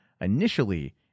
initially